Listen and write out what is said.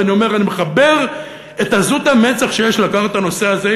ואני אומר: אני מחבר את עזות המצח שיש לקחת את הנושא הזה,